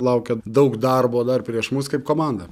laukia daug darbo dar prieš mus kaip komanda